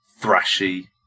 thrashy